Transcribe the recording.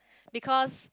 because